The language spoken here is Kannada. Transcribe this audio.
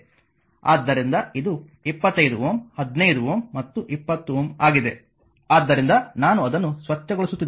ಆದ್ದರಿಂದ ಇದು 25 Ω 15 Ω ಮತ್ತು 20 Ω ಆಗಿದೆ ಆದ್ದರಿಂದ ನಾನು ಅದನ್ನು ಸ್ವಚ್ಛಗೊಳಿಸುತ್ತಿದ್ದೇನೆ